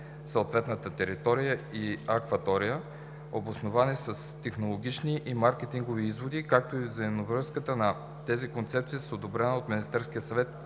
съответната територия и акватория, обосновани с технологични и маркетингови изводи, както и взаимовръзката на тези концепции с одобрената от Министерския съвет